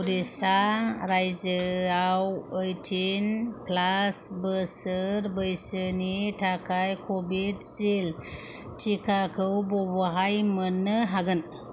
उरिस्सा रायजोआव ओइटिन प्लास बोसोर बैसोनि थाखाय कभिदसिल्ड टिकाखौ बबेहाय मोननो हागोन